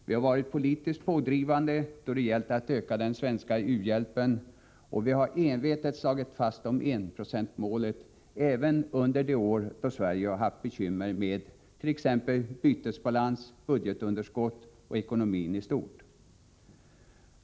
Vi har varit politiskt pådrivande då det gällt att öka den svenska u-hjälpen, och vi har envetet slagit vakt om enprocentsmålet, även under de år då vi i Sverige haft bekymmer med bytesbalans, budgetunderskott och ekonomin i stort.